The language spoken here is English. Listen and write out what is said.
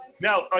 Now